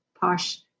posh